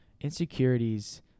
insecurities